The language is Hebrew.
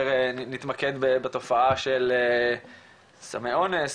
יותר נתמקד בתופעה של סמי אונס,